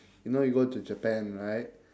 you know you go to japan right